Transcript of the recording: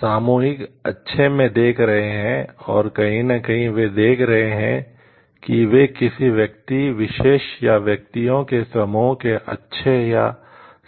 सामूहिक अच्छे में देख रहे हैं और कहीं न कहीं वे देख रहे हैं कि वे किसी व्यक्ति विशेष या व्यक्तियों के समूह के अच्छे या सही हो सकते हैं